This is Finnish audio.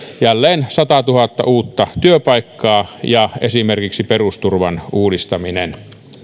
jälleen ainakin satatuhatta uutta työpaikkaa ja esimerkiksi perusturvan uudistaminen